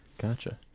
Gotcha